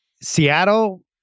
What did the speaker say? Seattle